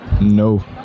No